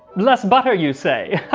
less butter you say?